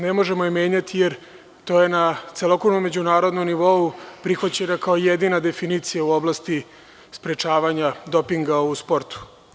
Ne možemo je menjati jer to je na celokupnom međunarodnom nivou prihvaćena kao jedinica definicija u oblasti sprečavanja dopinga u sportu.